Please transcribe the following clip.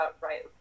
right